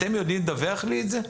אתם יודעים לדווח לי את זה?